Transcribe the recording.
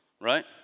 right